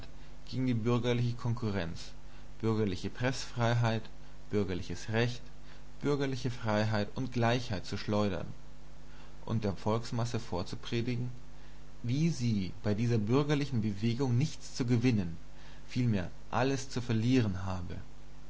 gegen die bürgerliche konkurrenz bürgerliche preßfreiheit bürgerliches recht bürgerliche freiheit und gleichheit zu schleudern und der volksmasse vorzupredigen wie sie bei dieser bürgerlichen bewegung nichts zu gewinnen vielmehr alles zu verlieren habe